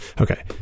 Okay